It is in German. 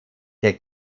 der